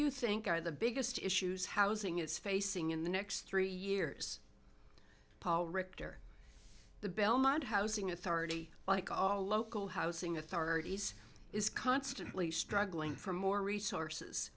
you think are the biggest issues housing it's facing in the next three years paul richter the belmont housing authority like all local housing authorities is constantly struggling for more resources